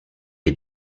est